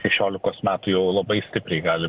šešiolikos metų jau labai stipriai gali